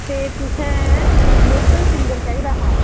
ते तुसें local singer चाहिदा हा